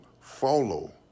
follow